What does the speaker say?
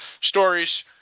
stories